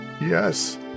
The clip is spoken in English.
Yes